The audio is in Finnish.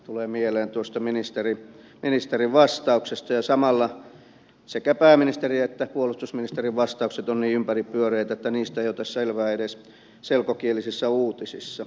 tulee mieleen tuosta ministerin vastauksesta ja samalla sekä pääministerin että puolustusministerin vastaukset ovat niin ympäripyöreitä että niistä ei ota selvää edes selkokielisissä uutisissa